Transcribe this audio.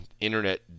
internet